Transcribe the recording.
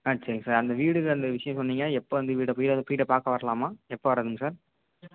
ஆ சரிங்க சார் அந்த வீடு அந்த விஷயம் சொன்னிங்க எப்போ அந்த வீட்ட போய் வீட்ட பார்க்க வரலாமா எப்போ வர்றதுங்க சார்